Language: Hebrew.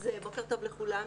בוקר טוב לכולם,